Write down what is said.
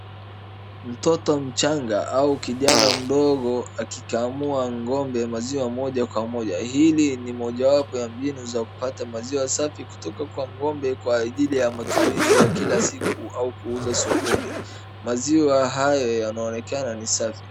Mtoto mchanga au kijana mdogo akikamua ng'ombe maziwa moja kwa moja. Hili ni mojawapo ya mbinu ya kupata maziwa safi kutoka kwa ng'ombe kwa ajili ya matumizi ya kila siku au kuuza sokoni. Maziwa hayo yanaonekana ni safi.